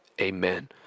Amen